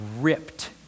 ripped